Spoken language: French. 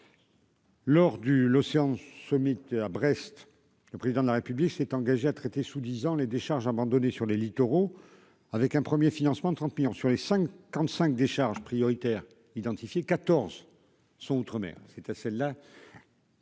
Lors du l'Océan Summit à Brest, le président de la République s'est engagé à traiter sous disant les décharges abandonnées sur les littoraux avec un 1er financement de 30 millions sur les 55 décharge prioritaires identifiés 14 sont outre-mer, c'était celle-là,